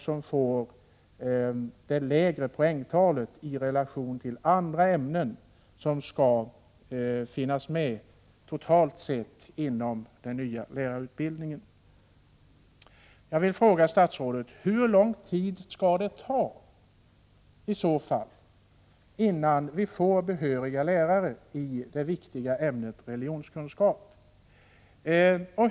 Det får ett lägre poängtal i relation till de andra ämnen som skall finnas med totalt sett inom denna utbildning. Jag vill fråga: Hur lång tid skall det ta i så fall innan vi får behöriga lärare i det viktiga ämnet religionskunskap?